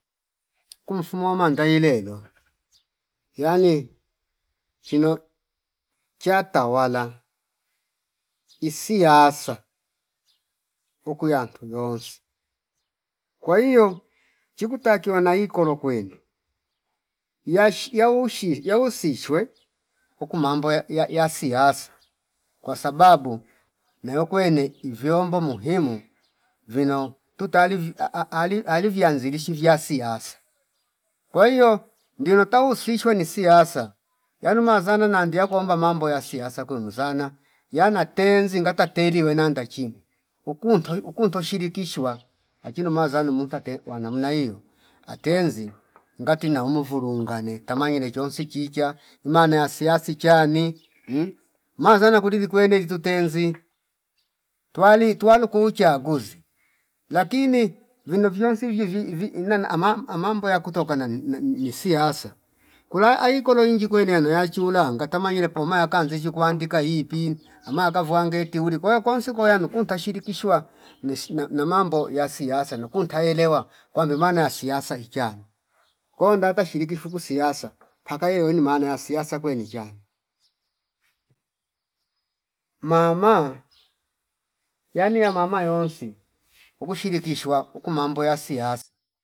Kumfu wamanda ilelo yani chino chatawala isi yasasa uku yantu yonsi kwa hio chiku takiwa naikolo kwele yachi yaushi yausishwe uku mambo ya- ya siasa kwa sababu nayo kwene ivyombo muhimu vino tutalivi aa- ali- alivianzilishi vya siasa kwa hio ngino tauhu sishwa ni siasa yanu mazana nandi yakwamba mambo ya siasa kwemuzana yana tenzi ngata teri wenanda chimi ukuntuyu ukuntu shirikishwa achino mazana mumunta te wa namna hio atenzi ngati naumulu vulungane kamaine chonsi chichya imano ya siasi chani mhh mazajna kuli likwene izu tenzi tuwali tuwalo kuuchaguzi lakini vino viyonsi viye vii- vii ina na ama- amambo ya kutokana na ni siasa kula aikolo inji kwene yanu yachulanga tamaile po makaya kanzishu kuangika ipii ama kavwange wetuli kwa hio konsi koyanu kunta shirikishwa nisi na mambo ya siasa nukunta elewa kamvi maana ya siasa ichani ko ndata shiriki fuku siasa paka iwe yenu maana ya siasa kweni vyalo. Mama yani ya mama yonsi uku shirikishwa uku mambo ya siasa